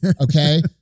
okay